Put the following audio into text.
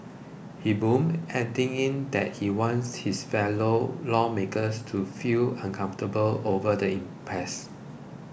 he boomed adding that he wants his fellow lawmakers to feel uncomfortable over the impress